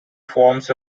forms